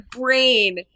brain